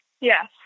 Yes